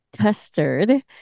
custard